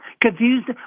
Confused